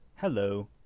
Hello